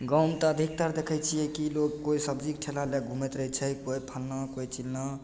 गाँवमे तऽ अधिकतर देखय छियै कि लोग कोइ सब्जीके ठेला लएके घुमैत रहय छै कोइ फल्लाँ कोइ चिल्लाँ